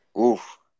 Oof